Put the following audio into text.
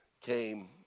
came